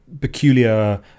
peculiar